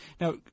now